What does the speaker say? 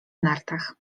nartach